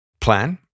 plan